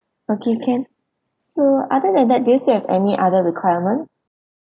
okay can so other than that do you still have any other requirement